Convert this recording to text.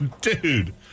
Dude